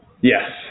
yes